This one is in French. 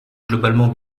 globalement